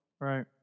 Right